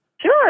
Sure